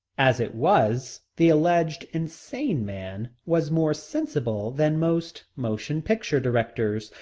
as it was, the alleged insane man was more sensible than most motion picture directors,